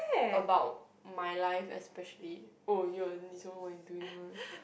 about my life especially oh you what you doing